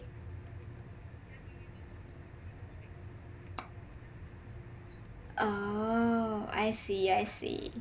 oh I see I see